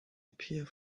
appear